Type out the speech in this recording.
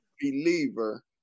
believer